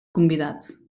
convidats